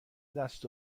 دست